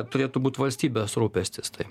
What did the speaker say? turėtų būt valstybės rūpestis tai